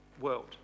world